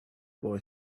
boy